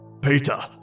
Peter